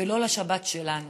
ולא לשבת שלנו.